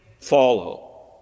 follow